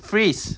freeze